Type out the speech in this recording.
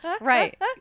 right